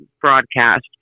broadcast